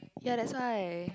ya that's why